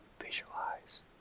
visualize